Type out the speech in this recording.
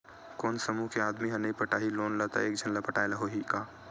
कोन समूह के आदमी हा नई पटाही लोन ला का एक झन ला पटाय ला होही का?